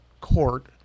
court